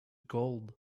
gold